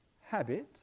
habit